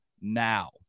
now